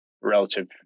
Relative